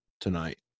tonight